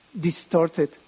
distorted